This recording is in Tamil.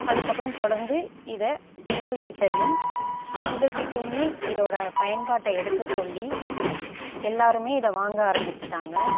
அதுக்கப்புறம் தொடர்ந்து இதை பெண்கள்கிட்டேயும் ஆண்கள்கிட்டேயுமே இதோட பயன்பாட்டை எடுத்து சொல்லி எல்லோருமே இதை வாங்க ஆரம்பிச்சிட்டாங்க